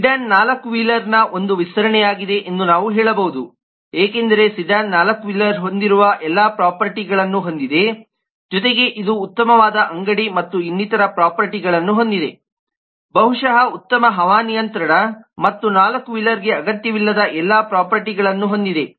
sedan ನಾಲ್ಕು ವೀಲರ್ನ ಒಂದು ವಿಸ್ತರಣೆಯಾಗಿದೆ ಎಂದು ನಾವು ಹೇಳಬಹುದು ಏಕೆಂದರೆ ಸೆಡಾನ್ ನಾಲ್ಕು ವೀಲರ್ ಹೊಂದಿರುವ ಎಲ್ಲ ಪ್ರೊಪರ್ಟಿಗಳನ್ನು ಹೊಂದಿದೆ ಜೊತೆಗೆ ಇದು ಉತ್ತಮವಾದ ಅಂಗಡಿ ಮತ್ತು ಇನ್ನಿತರ ಪ್ರೊಪರ್ಟಿಗಳನ್ನು ಹೊಂದಿದೆ ಬಹುಶಃ ಉತ್ತಮ ಹವಾನಿಯಂತ್ರಣ ಮತ್ತು ನಾಲ್ಕು ವೀಲರ್ಗೆ ಅಗತ್ಯವಿಲ್ಲದ ಎಲ್ಲಾ ಪ್ರೊಪರ್ಟಿಗಳನ್ನು ಹೊಂದಿದೆ